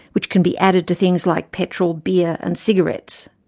which can be added to things like petrol, beer and cigarettes.